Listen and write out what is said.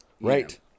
right